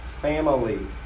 family